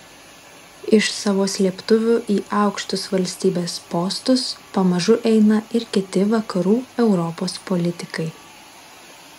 iš savo slėptuvių į aukštus valstybės postus pamažu eina ir kiti vakarų europos politikai